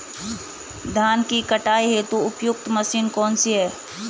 धान की कटाई हेतु उपयुक्त मशीन कौनसी है?